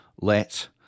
Let